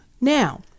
Now